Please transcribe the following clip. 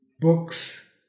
Books